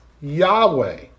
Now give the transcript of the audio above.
Yahweh